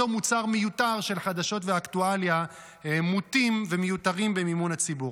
מוצר מיותר של חדשות ואקטואליה מוטים ומיותרים במימון הציבור.